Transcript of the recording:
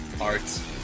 arts